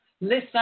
Listen